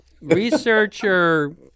researcher